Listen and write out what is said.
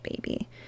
baby